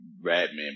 Batman